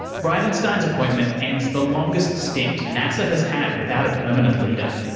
bridenstine's appointment ends the longest stint nasa has had without a permanent leader.